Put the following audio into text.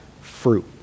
fruit